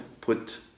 put